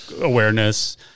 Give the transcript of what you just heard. awareness